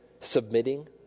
submitting